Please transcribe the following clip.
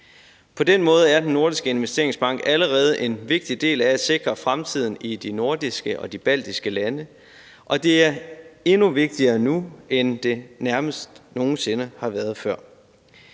På den måde er Den Nordiske Investeringsbank allerede en vigtig del af at sikre fremtiden i de nordiske og de baltiske lande, og det er endnu vigtigere nu, end det nærmest nogen sinde har været før.